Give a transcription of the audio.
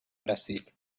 brasil